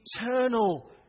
eternal